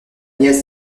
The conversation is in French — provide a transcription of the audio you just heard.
nièce